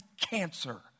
cancer